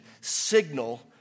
signal